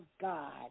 God